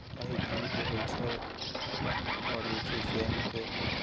एही ढंगके होइ छै आओर जे छै से अहाँके